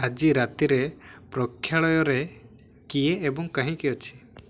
ଆଜି ରାତିରେ ପ୍ରେକ୍ଷାଳୟରେ କିଏ ଏବଂ କାହିଁକି ଅଛି